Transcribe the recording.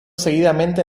seguidamente